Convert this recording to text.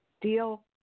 Deal